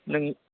नों